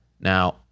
Now